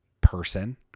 person